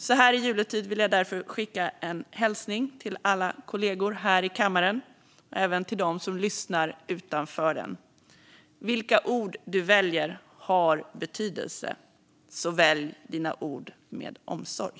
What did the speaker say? Så här i juletid vill jag därför skicka en hälsning till alla kollegor här i kammaren och även till dem som lyssnar utanför den: Vilka ord du väljer har betydelse, så välj dina ord med omsorg!